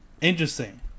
Interesting